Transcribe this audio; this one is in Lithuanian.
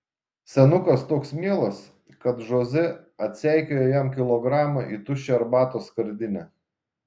senukas toks mielas kad žoze atseikėja jam kilogramą į tuščią arbatos skardinę